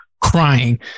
crying